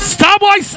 Starboy